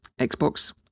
Xbox